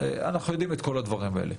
שתיארת,